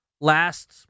last